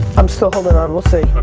i'm still holding on. we'll see.